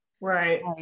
right